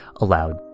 allowed